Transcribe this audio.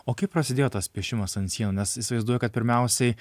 o kaip prasidėjo tas piešimas ant sienų nes įsivaizduoju kad pirmiausiai